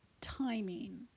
timing